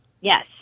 yes